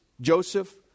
Joseph